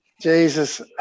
Jesus